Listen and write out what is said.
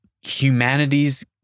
humanity's